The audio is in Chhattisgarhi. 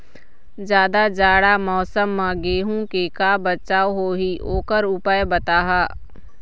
जादा जाड़ा मौसम म गेहूं के का बचाव होही ओकर उपाय बताहा?